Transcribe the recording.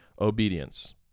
obedience